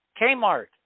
Kmart